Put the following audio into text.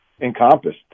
encompassed